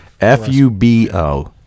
f-u-b-o